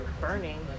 burning